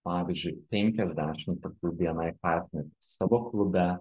pavyzdžiui penkiasdešim tokių bni partnerių savo klube